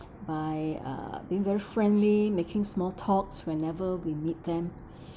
by uh being very friendly making small talks whenever we meet them